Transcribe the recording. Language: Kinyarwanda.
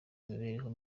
imibereho